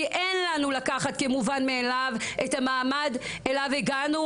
כי אין לנו לקחת כמובן מאליו את המעמד אליו הגענו,